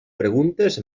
preguntes